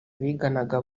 biganaga